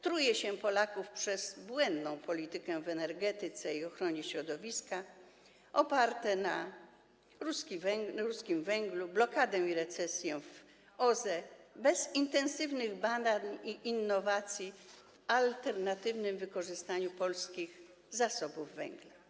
Truje się Polaków przez błędną politykę w energetyce i ochronie środowiska, opartą na ruskim węglu, blokadę i recesję w OZE, nie prowadzi się intensywnych badań i innowacji w alternatywnym wykorzystaniu polskich zasobów węgla.